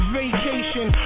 vacation